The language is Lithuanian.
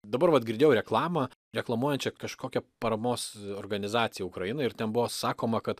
dabar vat girdėjau reklamą reklamuojančią kažkokią paramos organizaciją ukrainai ir ten buvo sakoma kad